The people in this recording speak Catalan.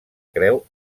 creu